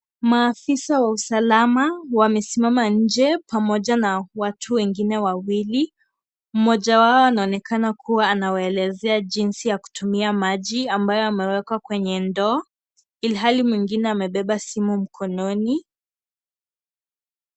Maafisa wa usalama wamesimama nje pamoja na atu wengine wawili. Mmoja wao anaonekana kuwa anawaelezea jinsi ya kutumia maji ambayo yamewekwa kwenye ndoo ilhali mwengine amebeba simu mkononi.